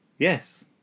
Yes